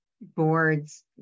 boards